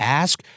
ask